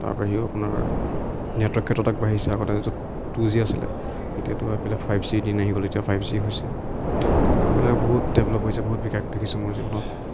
তাৰ বাহিৰেও আপোনাৰ নেটৱৰ্ক ক্ষেত্ৰত আগবাঢ়িছে আগতে যিটো টু জি আছিলে এতিয়াটো আহি পালে ফাইভ জি দিন আহি গ'ল এতিয়া ফাইভ জি আহিছে তেনেকৈ মোবাইলবিলাক বহুত ডেভেলপ হৈছে বহুত বিকাশ দেখিছোঁ মোৰ জীৱনত